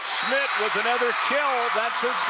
schmitt with another kill. that's her